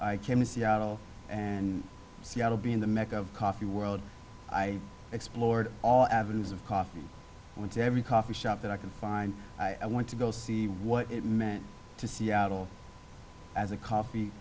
i came to seattle and seattle being the mecca of coffee world i explored all avenues of coffee went to every coffee shop that i can find i want to go see what it meant to seattle as a coffee